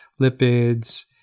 lipids